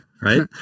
right